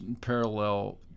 parallel